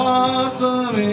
awesome